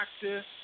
practice